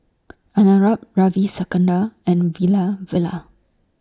Arnab Ravi Shankar and